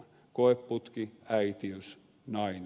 koeputki äitiys nainen